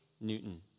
Newton